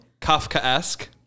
Kafka-esque